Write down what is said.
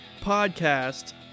podcast